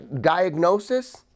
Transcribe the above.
diagnosis